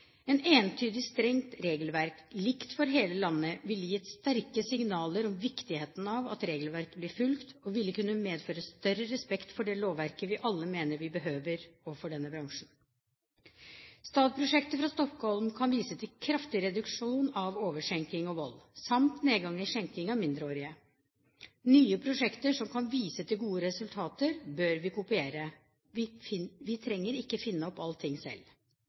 Et entydig strengt regelverk, likt for hele landet, ville gitt sterke signaler om viktigheten av at regelverket blir fulgt, og ville kunne medføre større respekt for det lovverket vi alle mener vi behøver overfor denne bransjen. STAD-prosjektet fra Stockholm kan vise til kraftig reduksjon av overskjenking og vold samt nedgang i skjenking av mindreårige. Nye prosjekter som kan vise til gode resultater, bør vi kopiere. Vi trenger ikke å finne opp allting selv.